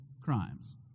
crimes